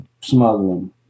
smuggling